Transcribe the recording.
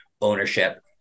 ownership